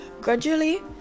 gradually